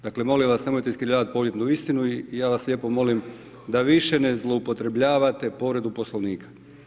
Dakle, molim vas, nemojte iskrivljavati povijesnu istinu i ja vas lijepo molim da više ne zloupotrebljavate povredu Poslovnika.